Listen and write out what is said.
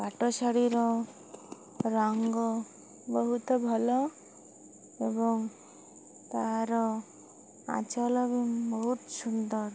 ପାଟ ଶାଢ଼ୀର ରଙ୍ଗ ବହୁତ ଭଲ ଏବଂ ତାର ଆଞ୍ଚଲ ବି ବହୁତ ସୁନ୍ଦର